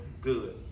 good